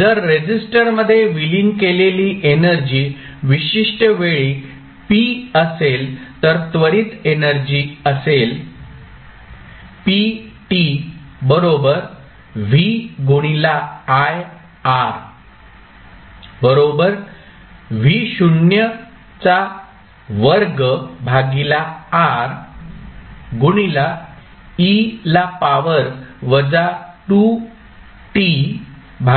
जर रेसिस्टरमध्ये विलीन केलेली एनर्जी विशिष्ट वेळी P असेल तर त्वरित एनर्जी असेल 't'